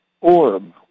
orb